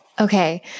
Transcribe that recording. Okay